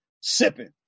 sipping